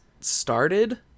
started